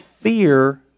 fear